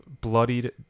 bloodied